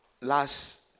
last